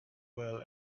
well